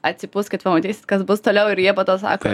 atsipūskit pamatysit kas bus toliau ir jie po to sako